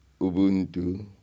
Ubuntu